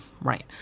right